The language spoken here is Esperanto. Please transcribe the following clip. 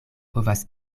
povas